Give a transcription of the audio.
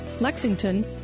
Lexington